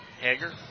Hager